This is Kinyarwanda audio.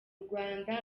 rwanda